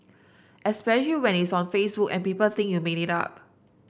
especially when it's on Facebook and people think you made it up